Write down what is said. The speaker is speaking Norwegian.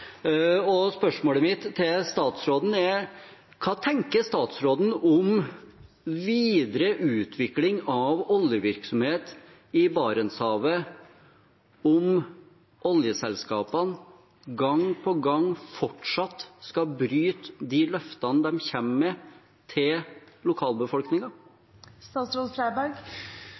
Spørsmålet mitt til statsråden er: Hva tenker statsråden om videre utvikling av oljevirksomhet i Barentshavet om oljeselskapene gang på gang fortsatt skal bryte de løftene de kommer med til